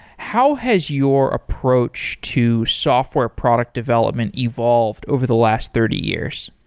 how has your approach to software product development evolved over the last thirty years?